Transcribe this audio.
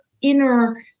inner